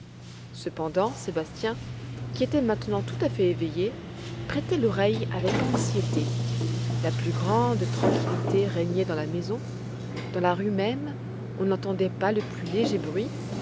cependant sébastien qui était maintenant tout à fait éveillé prêtait l'oreille avec anxiété la plus grande tranquillité régnait dans la maison dans la rue même on n'entendait pas le plus léger bruit